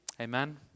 Amen